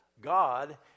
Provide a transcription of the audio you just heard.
God